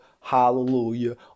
hallelujah